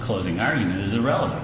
closing argument is a relevant